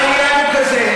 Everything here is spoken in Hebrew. העניין הוא כזה,